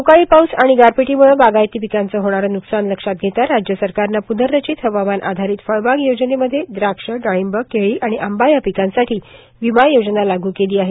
अवकाळी पाऊस आणि गारपिटीमुळे बागायती पिकांचं होणारं नुकसान लक्षात घेता राज्य सरकारनं पूनर्रचित हवामान आधारित फळबाग योजनेमध्ये द्राक्ष डाळिंब केळी आणि आंबा या पिकांसाठी विमा योजना लागू केली आहे